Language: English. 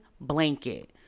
blanket